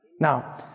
Now